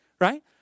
right